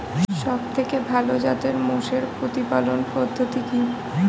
সবথেকে ভালো জাতের মোষের প্রতিপালন পদ্ধতি কি?